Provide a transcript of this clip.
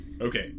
Okay